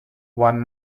one